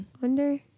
wonder